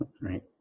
right